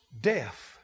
death